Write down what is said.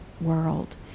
world